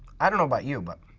i don't know about you, but